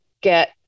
get